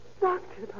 Doctor